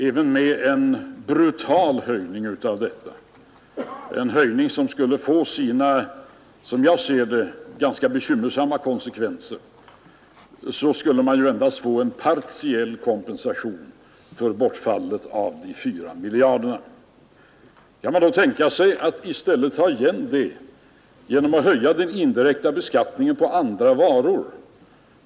Även med en brutal höjning av dessa skatter — som skulle ha sina, som jag ser det, ganska bekymmersamma konsekvenser — skulle man endast få en partiell kompensation för bortfallet av de 4 miljarderna. Kan man då tänka sig att i stället ta igen det genom att höja den indirekta beskattningen på andra varor?